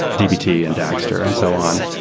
dbt, and dagster, and so on.